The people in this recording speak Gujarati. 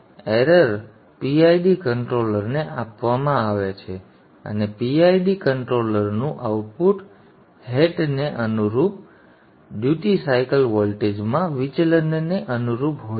ભૂલ પીઆઇડી કન્ટ્રોલરને આપવામાં આવે છે અને PID નિયંત્રકનું આઉટપુટ હેટને અનુરૂપ ડ્યુટી સાઇકલ વોલ્ટેજમાં વિચલનને અનુરૂપ હોય છે